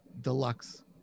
deluxe